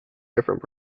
different